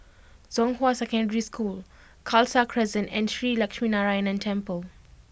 Zhonghua Secondary School Khalsa Crescent and Shree Lakshminarayanan Temple